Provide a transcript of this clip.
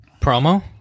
Promo